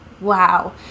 wow